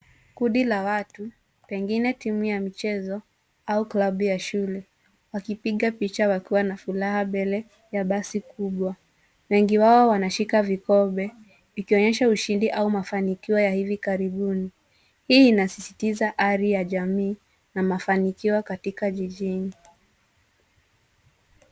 Kundi la watu, pengine timu ya michezo au klabu ya shule wakipiga picha wakiwa na furaha mbele ya basi kubwa. Wengi wao wanashika vikombe ikionyesha ushindi au mafanikio ya hivi karibuni. Hii inasisitiza ari ya jamii na mafanikio katika jijini.